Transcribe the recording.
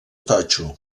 totxo